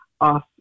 off